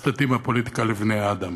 אז תתאים הפוליטיקה לבני-האדם.